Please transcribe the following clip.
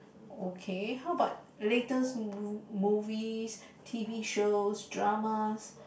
okay how about latest mo~ movies t_v shows dramas